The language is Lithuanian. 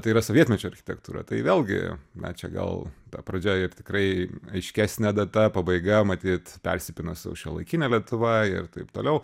tai yra sovietmečio architektūra tai vėlgi na čia gal ta pradžia ir tikrai aiškesnė data pabaiga matyt persipina su šiuolaikine lietuva ir taip toliau